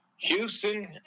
Houston